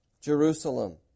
Jerusalem